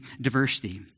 diversity